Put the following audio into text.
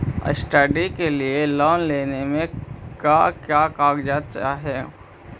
Study के लिये loan लेने मे का क्या कागजात चहोये?